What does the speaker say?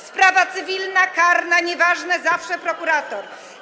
Sprawa cywilna, karna - nieważne, zawsze prokurator.